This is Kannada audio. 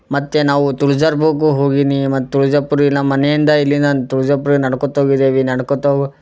ಮತ್ತು ನಾವು ತುಳ್ಜಾಪುರಕೂ ಹೋಗೀನಿ ಮತ್ತು ತುಳಜಾಪುರ ಇಲ್ಲಿ ನಮ್ಮ ಮನೆಯಿಂದ ಇಲ್ಲಿಂದ ನಾನು ತುಳ್ಜಾಪುರ್ಕೆ ನೆಡ್ಕೋತ ಹೋಗಿದ್ದೇವೆ ನೆಡ್ಕೋತ ಹೋ